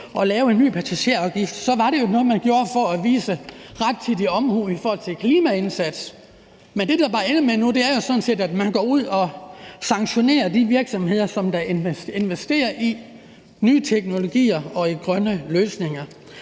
at lave en ny passagerafgift, er at udvise rettidig omhu i forhold til en klimaindsats. Men det, det bare ender med nu, er jo sådan set, at man går ud og sanktionerer de virksomheder, der investerer i ny teknologi og grønne løsninger.